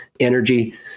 energy